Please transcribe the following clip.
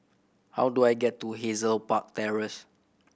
how do I get to Hazel Park Terrace